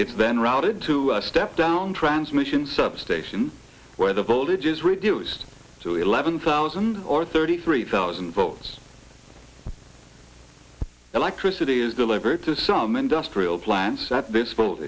it's then routed to step down transmission substation where the voltage is reduced to eleven thousand or thirty three thousand votes electricity is delivered to some industrial plants